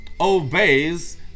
obeys